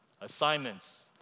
assignments